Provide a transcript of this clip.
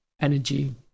energy